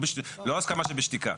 לא הסכמה בשתיקה.